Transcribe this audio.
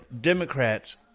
Democrats